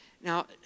Now